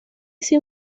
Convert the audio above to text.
sin